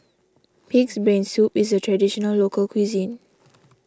Pig's Brain Soup is a Traditional Local Cuisine